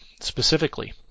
specifically